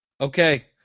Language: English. Okay